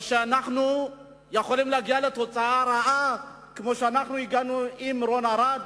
או שאנחנו יכולים להגיע לתוצאה רעה כמו שהגענו עם רון ארד,